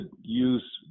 use